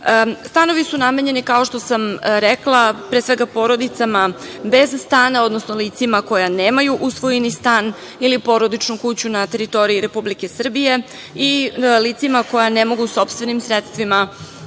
su namenjeni, kao što sam rekla, pre svega porodicama bez stana, odnosno licima koja nemaju u svojini stan ili porodičnu kuću na teritoriji Republike Srbije i licima koja ne mogu sopstvenim sredstvima da